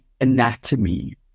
anatomy